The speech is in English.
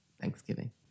Thanksgiving